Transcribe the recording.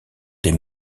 des